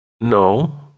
No